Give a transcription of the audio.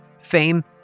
fame